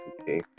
okay